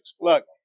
Look